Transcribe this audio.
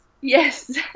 Yes